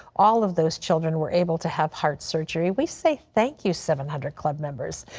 all of those children were able to have heart surgery. we say thank you seven hundred club members,